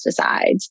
pesticides